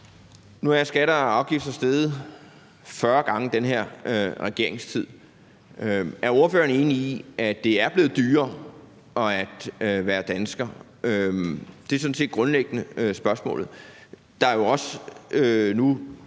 Nu er skatter og afgifter steget 40 gange i den her regerings tid. Er ordføreren enig i, at det er blevet dyrere at være dansker? Det er sådan set grundlæggende spørgsmålet.